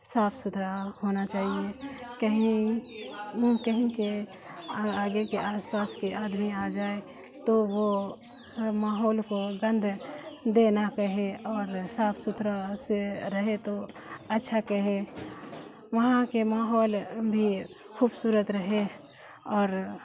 صاف ستھرا ہونا چاہیے کہیں کہیں کے آگے کے آس پاس کے آدمی آ جائیں تو وہ ماحول کو گندہ دینا کہے اور صاف ستھرا سے رہے تو اچھا کہے وہاں کے ماحول بھی خوبصورت رہے اور